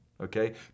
okay